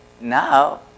now